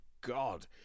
God